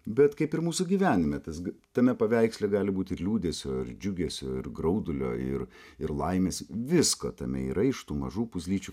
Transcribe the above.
bet kaip ir mūsų gyvenime tas tame paveiksle gali būti ir liūdesio ir džiugesio ir graudulio ir ir laimės visko tame yra iš tų mažų puzlyčių